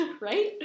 right